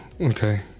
Okay